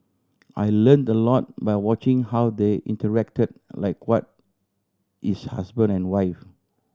I learnt a lot by watching how they interacted like what is husband and wife